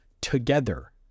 together